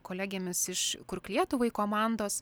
kolegėmis iš kurk lietuvai komandos